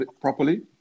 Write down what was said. properly